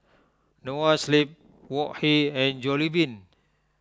Noa Sleep Wok Hey and Jollibean